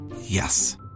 Yes